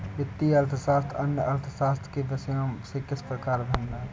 वित्तीय अर्थशास्त्र अन्य अर्थशास्त्र के विषयों से किस प्रकार भिन्न है?